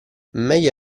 meglio